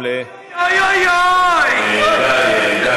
אוי אוי אוי אוי אוי אוי אוי.